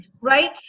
right